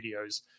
videos